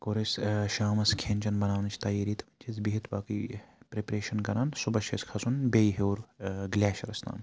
کوٚر اَسہِ شامَس کھیٚن چیٚن بَناونٕچ تیٲری تہٕ چھِ أسۍ بِہِتھ باقٕے پرٛٮ۪پریشَن کَران صُبحس چھِ اَسہِ کھَسُن بیٚیہِ ہیوٚر گٕلیشَرَس تام